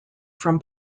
from